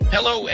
Hello